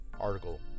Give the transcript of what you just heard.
article